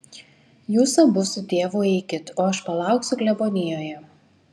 jūs abu su tėvu eikit o aš palauksiu klebonijoje